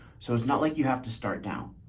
so it's not like you have to start down.